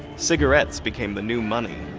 cigarettes became the new money.